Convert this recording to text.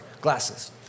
glasses